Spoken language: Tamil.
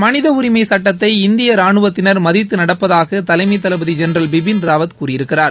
மனித உரிமை சட்டத்தை இந்திய ரானுவத்தினர் மதித்து நடப்பதாக தலைமை தளபதி ஜென்ரல் பிபின் ராவத் கூறியிருக்கிறார்